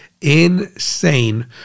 insane